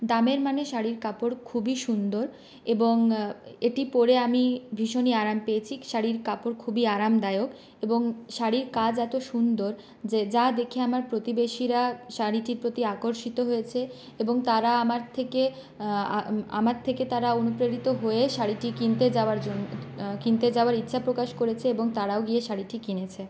দামের মানে শাড়ির কাপড় খুবই সুন্দর এবং এটি পরে আমি ভীষণই আরাম পেয়েছি শাড়ির কাপড় খুবই আরামদায়ক এবং শাড়ির কাজ এতো সুন্দর যে যা দেখে আমার প্রতিবেশীরা শাড়িটির প্রতি আকর্ষিত হয়েছে এবং তারা আমার থেকে আমার থেকে তারা অনুপ্রেরিত হয়ে শাড়িটি কিনতে যাওয়ার জন্য কিনতে যাওয়ার ইচ্ছে প্রকাশ করেছে এবং তারাও গিয়ে শাড়িটি কিনেছে